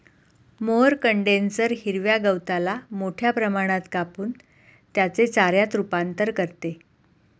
mower condenser हिरव्या गवताला मोठ्या प्रमाणात कापून त्याचे चाऱ्यात रूपांतर करते